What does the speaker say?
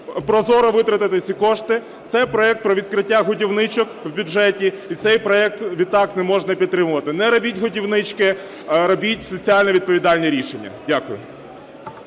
прозоро витратити ці кошти, це проект для відкриття "годівничок" у бюджеті, і цей проект відтак не можна підтримувати. Не робіть "годівнички", а робіть соціально відповідальні рішення. Дякую.